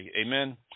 amen